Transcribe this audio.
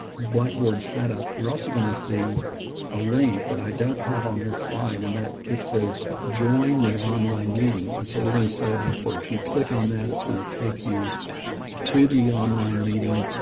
blackboard set up, you're also gonna see a link that i don't have on this slide and that it says join the online meeting. and so we're going to set it up where if you click on that, it's going to take you to the online meeting,